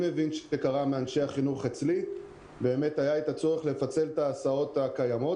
היה את הצורך לפצל אצלי את ההסעות הקיימות.